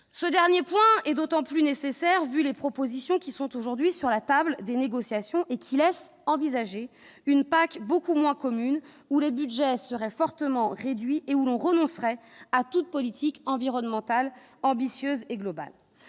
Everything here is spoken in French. ce dernier point est d'autant plus nécessaire vu les propositions qui sont aujourd'hui sur la table des négociations et qui laisse envisager une PAC beaucoup moins commune où les Budgets seraient fortement réduits et où l'on renoncerait à toute politique environnementale ambitieuse et globale,